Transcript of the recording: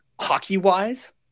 hockey-wise